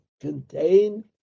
contain